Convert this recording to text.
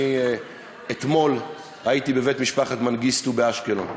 אתמול הייתי בבית משפחת מנגיסטו באשקלון.